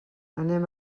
anem